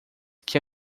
que